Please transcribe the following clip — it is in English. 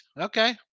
Okay